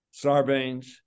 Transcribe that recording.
Sarbanes